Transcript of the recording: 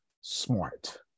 smart